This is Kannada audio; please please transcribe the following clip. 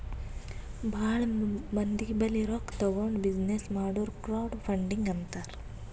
ಭಾಳ ಮಂದಿ ಬಲ್ಲಿ ರೊಕ್ಕಾ ತಗೊಂಡ್ ಬಿಸಿನ್ನೆಸ್ ಮಾಡುರ್ ಕ್ರೌಡ್ ಫಂಡಿಂಗ್ ಅಂತಾರ್